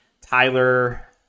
Tyler